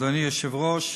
אדוני היושב-ראש,